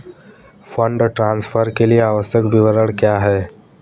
Fund transfer के लिए आवश्यक विवरण क्या हैं?